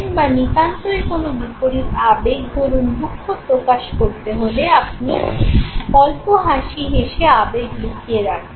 বা নিতান্তই কোন বিপরীত আবেগ ধরুন দুঃখ প্রকাশ করতে হলে আপনি অল্প হাসি হেসে আবেগ লুকিয়ে রাখলেন